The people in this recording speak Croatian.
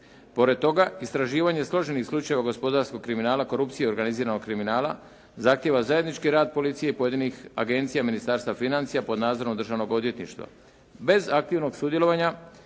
Pored toga istraživanje složenih slučajeva gospodarskog kriminala korupcije i organiziranog kriminala zahtjeva zajednički rad policije i pojedinih agencija i Ministarstva financija pod nadzorom Državnog odvjetništva. Bez aktivnog sudjelovanja